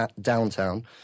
downtown